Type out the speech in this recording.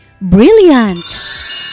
Brilliant